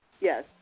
Yes